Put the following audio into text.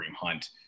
Hunt